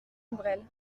ombrelles